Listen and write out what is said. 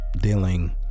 dealing